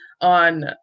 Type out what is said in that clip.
on